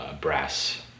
brass